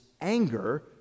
anger